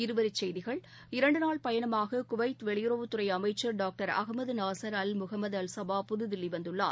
இருவரிச் செய்திகள் இரண்டுநாள் பயணமாக குவைத் வெளியுறவுத்துறைஅமைச்சர் doctor Ahmad Nasser al Muhammad al Sabah புதுதில்லிவந்துள்ளார்